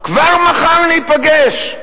"כבר מחר ניפגש",